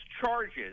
charges